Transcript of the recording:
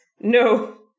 no